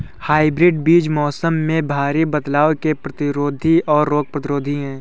hybrid बीज मौसम में भारी बदलाव के प्रतिरोधी और रोग प्रतिरोधी हैं